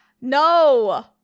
No